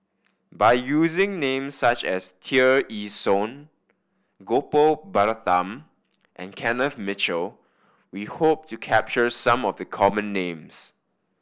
by using names such as Tear Ee Soon Gopal Baratham and Kenneth Mitchell we hope to capture some of the common names